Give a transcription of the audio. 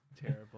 terrible